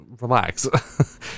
Relax